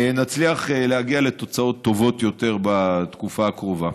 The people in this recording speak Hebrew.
נצליח להגיע לתוצאות טובות יותר בתקופה האחרונה.